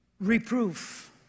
reproof